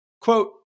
quote